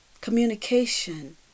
communication